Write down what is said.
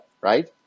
Right